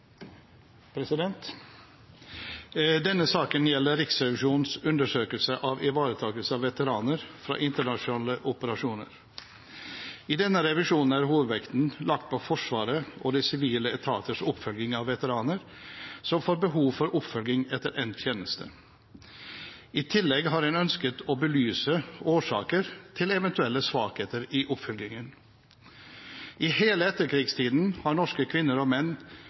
7. Denne saken gjelder Riksrevisjonens undersøkelse av ivaretakelse av veteraner fra internasjonale operasjoner. I denne revisjonen er hovedvekten lagt på Forsvarets og de sivile etaters oppfølging av veteraner som får behov for oppfølging etter endt tjeneste. I tillegg har en ønsket å belyse årsaker til eventuelle svakheter i oppfølgingen. I hele etterkrigstiden har norske kvinner og menn